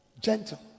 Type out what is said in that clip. gentle